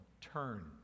turn